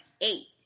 eight